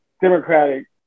Democratic